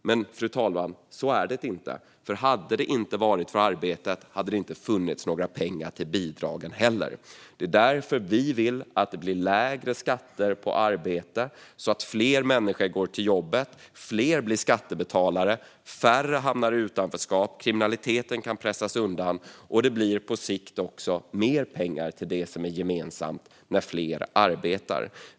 Men så är det inte, fru talman, för om arbetet inte hade funnits skulle det inte finnas några pengar till bidrag heller. Det är därför vi vill att det ska bli lägre skatter på arbete så att fler människor går till jobbet, fler blir skattebetalare, färre hamnar i utanförskap och kriminaliteten kan pressas undan. På sikt blir det mer pengar till det som är gemensamt när fler arbetar.